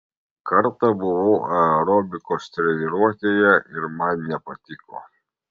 kartą buvau aerobikos treniruotėje ir man nepatiko